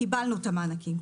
קיבלנו את המענקים.